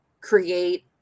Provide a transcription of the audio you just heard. create